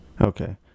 Okay